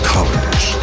Colors